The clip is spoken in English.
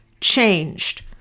changed